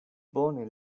bone